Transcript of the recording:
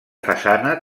façana